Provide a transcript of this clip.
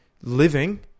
living